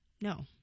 No